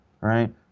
right